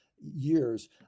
years